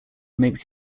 makes